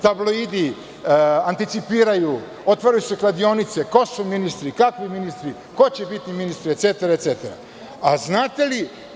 Tabloidi anticipiraju, otvaraju se kladionice ko su ministri, kakvi ministri, ko će biti ministri itd.